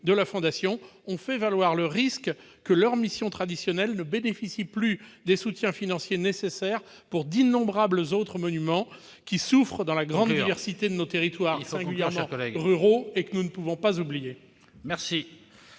de la fondation ont fait valoir le risque que leurs missions traditionnelles ne bénéficient plus des soutiens financiers nécessaires pour d'innombrables autres monuments qui souffrent dans la grande diversité de nos territoires, singulièrement ruraux- nous ne pouvons pas les oublier